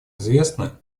известно